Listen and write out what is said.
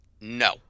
No